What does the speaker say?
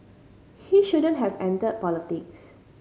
he shouldn't have entered politics